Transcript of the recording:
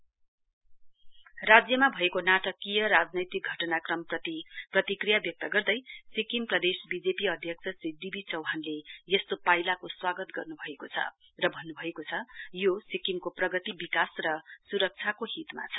BJP सिक्किस राज्यमा भएको नाटकीय राजनैतिक घटनाक्रमप्रति प्रतिक्रिया व्यक्त गर्दै सिक्किम प्रदेश बीजेपी आध्यक्ष श्री डीवी चौहानले यस्तो पाइलाको स्वागत गर्नुभएको छ र भन्नुभएको छ यो सिक्किमको प्रगतदि विकास र सुरक्षाको हितमा छ